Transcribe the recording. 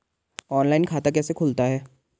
Online खाता कैसे खुलता है?